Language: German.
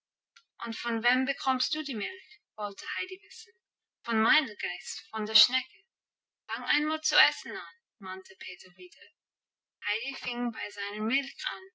und von wem bekommst du die milch wollte heidi wissen von meiner geiß von der schnecke fang einmal zu essen an mahnte peter wieder heidi fing bei seiner milch